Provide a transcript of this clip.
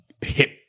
hip